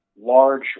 large